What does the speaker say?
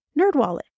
NerdWallet